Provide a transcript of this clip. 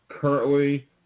currently